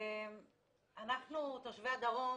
אנחנו תושבי הדרום,